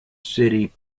city